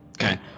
Okay